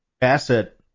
asset